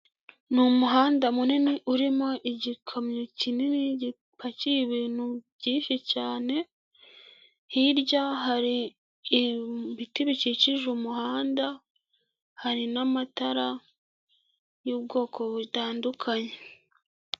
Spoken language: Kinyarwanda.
Ni umuhanda munini urimo igikamyo kinini gipakiye ibintu byinshi cyane, hirya hari ibiti bikikije umuhanda hari n'amatara y'ubwoko butandukanye.